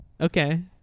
Okay